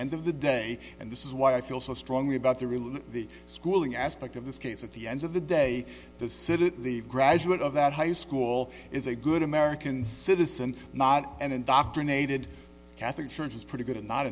end of the day and this is why i feel so strongly about the really the schooling aspect of this case at the end of the day the city the graduate of that high school is a good american citizen not and indoctrinated catholic church is pretty good at not